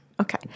Okay